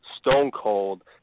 stone-cold